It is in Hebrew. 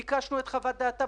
ביקשנו את חוות דעתה,